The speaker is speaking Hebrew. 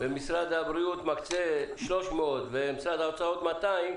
ומשרד הבריאות מקצה 300 ומשרד האוצר עוד 200,